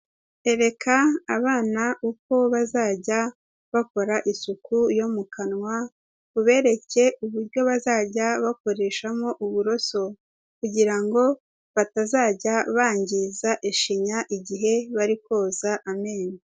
Ereka abana uko bazajya bakora isuku yo mu kanwa, ubereke uburyo bazajya bakoreshamo uburoso kugira ngo batazajya bangiza ishinya igihe bari koza amenyo.